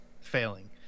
failing